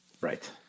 Right